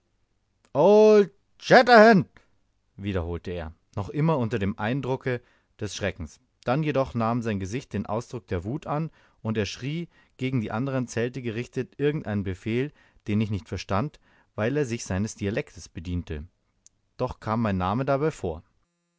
wiederholte er noch immer unter dem eindrucke des schreckens dann jedoch nahm sein gesicht den ausdruck der wut an und er schrie gegen die anderen zelte gerichtet irgend einen befehl den ich nicht verstand weil er sich seines dialektes bediente doch kam mein name dabei vor